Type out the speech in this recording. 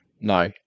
No